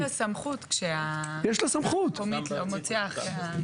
יש לה סמכות כשהוועדה המקומית לא מוציאה הכרעה.